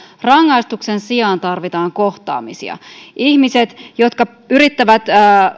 rangaistuksen sijaan tarvitaan kohtaamisia ihmiset jotka yrittävät